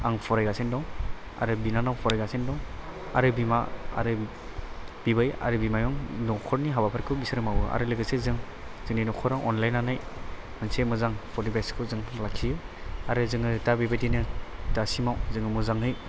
आं फरायगासिनो दं आरो बिनानाव फरायगासिनो दं आरो बिमा आरो बिबै आरो बिमायं न'खरनि हाबाफोरखौ बिसोर मावो आरो लोगोसे जों जोंनि न'खरा अनलायनानै मोनसे मोजां फरिबेष जों लाखियो आरो जोङो दा बेबादिनो दासिमाव जोंयो मोजाङै जोंनि